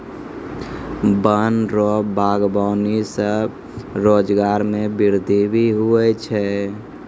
वन रो वागबानी से रोजगार मे वृद्धि भी हुवै छै